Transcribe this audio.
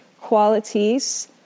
qualities